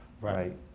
Right